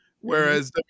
whereas